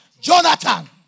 Jonathan